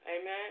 Amen